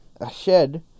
Ashed